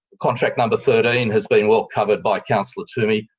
contract number thirteen has been well covered by councillor toomey.